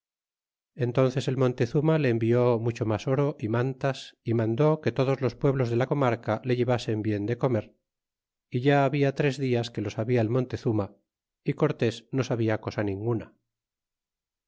entúnces el mon tezuma le envió mucho mas oro y mantas y mandó que todos los pueblos de la comarca le levasen bien de comer é ya habia tres dias que lo sabia el montezuma y cortés no sabia cosa ninguna